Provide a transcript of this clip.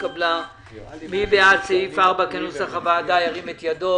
הצבעה בעד סעיף 3 פה אחד סעיף 3 אושר.